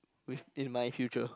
with in my future